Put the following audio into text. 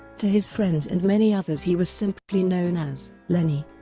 to his friends and many others he was simply known as lenny.